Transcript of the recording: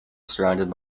surrounded